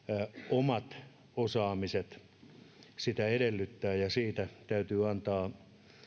omat osaamisemme sitä edellyttävät siitä täytyy antaa